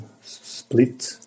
split